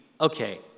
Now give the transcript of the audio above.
okay